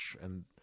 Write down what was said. and-